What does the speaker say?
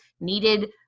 needed